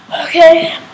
okay